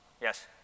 Yes